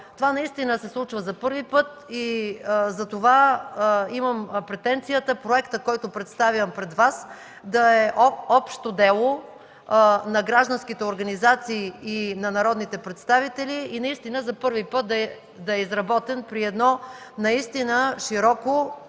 Това се случва за първи път и затова имам претенцията проектът, който представям пред Вас, да е общо дело на гражданските организации и на народните представители, за първи път изработен при широко и истинско